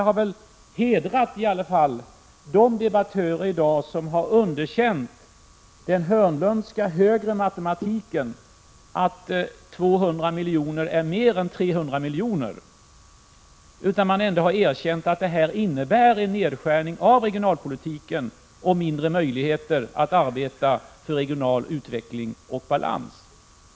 Jag vill i alla fall hedra de debattörer i dag som har underkänt den Hörnlundska högre matematiken — att 200 miljoner är mer än 300 miljoner — och har erkänt att detta innebär en nedskärning av regionalpolitiken och mindre möjligheter att arbeta för regional utveckling och balans.